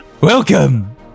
Welcome